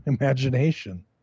imagination